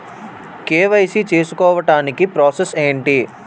KYC చేసుకోవటానికి process ఏంటి?